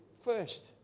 first